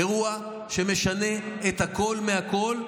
אירוע שמשנה את הכול מהכול,